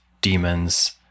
demons